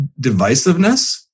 divisiveness